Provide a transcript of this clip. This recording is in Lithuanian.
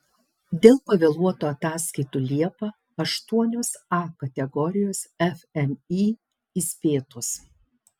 dėl pavėluotų ataskaitų liepą aštuonios a kategorijos fmį įspėtos